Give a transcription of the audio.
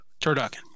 Turducken